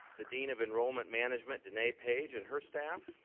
the dean of enrollment management, denee page and her staff.